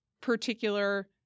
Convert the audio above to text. particular